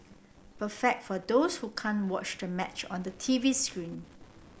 perfect for those who can't watch the match on the T V screen